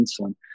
insulin